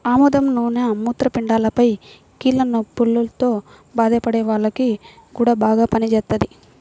ఆముదం నూనె మూత్రపిండాలపైన, కీళ్ల నొప్పుల్తో బాధపడే వాల్లకి గూడా బాగా పనిజేత్తది